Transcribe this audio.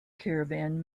caravan